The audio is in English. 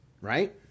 right